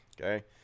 okay